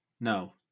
No